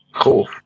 Cool